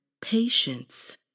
patience